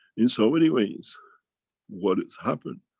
in so many ways what has happened,